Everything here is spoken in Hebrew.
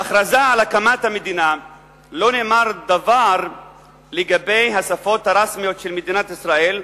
בהכרזה על הקמת המדינה לא נאמר דבר לגבי השפות הרשמיות של מדינת ישראל,